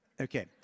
Okay